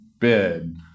bid